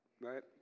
right